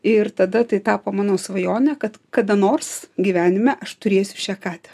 ir tada tai tapo mano svajonė kad kada nors gyvenime aš turėsiu šią katę